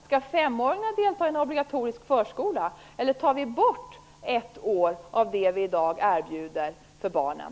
Skall de delta i en obligatorisk förskola, eller tar vi bort ett år av det vi i dag erbjuder för barnen?